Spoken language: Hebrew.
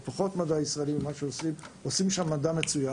אבל עושים שם מדע מצוין.